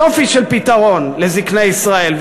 יופי של פתרון לזקני ישראל.